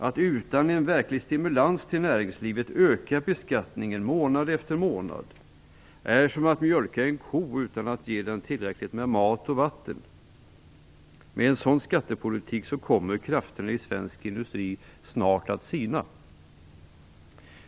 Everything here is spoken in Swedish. Att utan en verklig stimulans till näringslivet öka beskattningen månad efter månad är som att mjölka en ko utan att ge den tillräckligt med mat och vatten. Med en sådan skattepolitik kommer krafterna i svensk industri snart att sina.